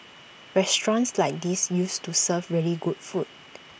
restaurants like these used to serve really good food